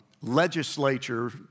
legislature